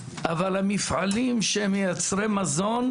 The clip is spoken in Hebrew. אבל המפעלים שהם מייצרי מזון,